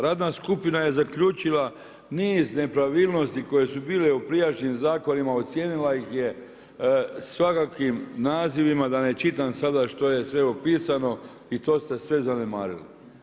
Radna skupina je zaključila niz nepravilnosti koje su bile u prijašnjim zakonima, ocijenila ih je svakakvim nazivima da ne čitam sada što je sve opisano i to ste sve zanemarili.